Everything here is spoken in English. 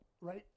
right